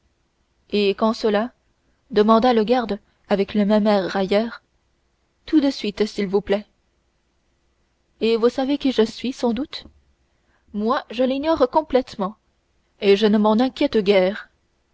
et quand cela demanda le garde avec le même air railleur tout de suite s'il vous plaît et vous savez qui je suis sans doute moi je l'ignore complètement et je ne m'en inquiète guère